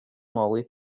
molly